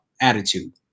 attitude